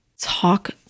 talk